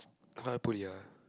why I put here